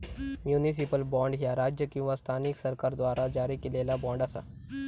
municipal bond, ह्या राज्य किंवा स्थानिक सरकाराद्वारा जारी केलेला बॉण्ड असा